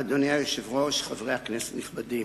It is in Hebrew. אדוני היושב-ראש, חברי כנסת נכבדים,